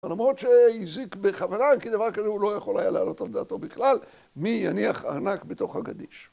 למרות שהזיק בכוונה כי דבר כזה הוא לא יכול היה להעלות על דעתו בכלל, מי יניח הענק בתוך הגדיש.